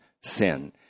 sin